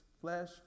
flesh